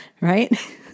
right